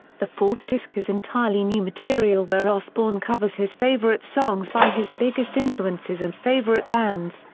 the fourth disc is entirely new material where osbourne covers his favourite songs by his biggest influences and favourite bands,